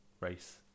race